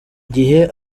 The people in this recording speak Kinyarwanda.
gihe